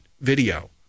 video